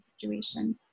situation